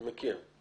מכיר.